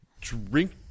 drink